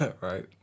right